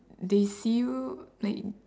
they see you like